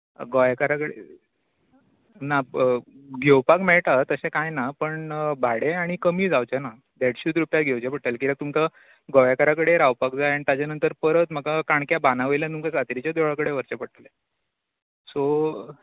गोयाकारा कडेन ना घेवपाक मेळटा तशे कांय ना पूण भाडें आनी कमी जावचेना देडशीच रूपया घेवचे पडटले कित्याक तुमका गोयाकारा कडेन रावपाक जाय आनी ताच्या नंतर परत म्हाका काणक्या बांदावयल्यान तुमका सातेरीच्या देवळा कडेन वरचे पडटले सो